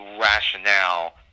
rationale